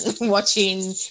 watching